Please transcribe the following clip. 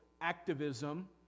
activism